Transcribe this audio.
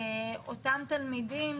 אותם תלמידים,